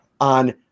on